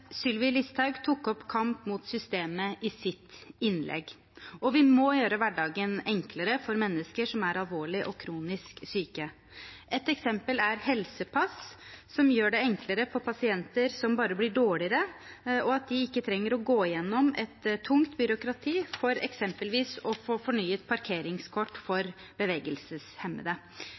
Sylvi Listhaug tok opp kamp mot systemet i sitt innlegg, og vi må gjøre hverdagen enklere for mennesker som er alvorlig og kronisk syke. Et eksempel er helsepass, som gjør det enklere for pasienter som bare blir dårligere, slik at de ikke trenger å gå gjennom et tungt byråkrati for eksempelvis å få fornyet parkeringskort for bevegelseshemmede.